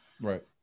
Right